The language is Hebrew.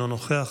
אינו נוכח,